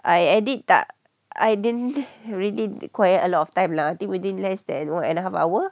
I edit tak I didn't really require a lot of time lah think within less than one and a half hour